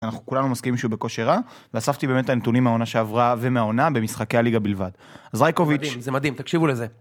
אנחנו כולנו מסכימים שהוא בכושר רע, ואספתי באמת את הנתונים מהעונה שעברה ומהעונה במשחקי הליגה בלבד. אז רייקוביץ', זה מדהים, תקשיבו לזה.